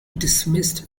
dismissed